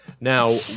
now